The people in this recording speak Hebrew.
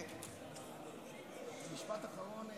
משפט אחרון,